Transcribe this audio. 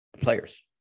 players